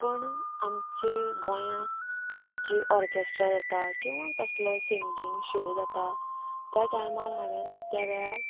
पूण आमचें गोंयांत जी ओर्केट्रा जाता किंवां कसलो सिंगींग शो जाता त्या टायमार हांवेन त्या वेळार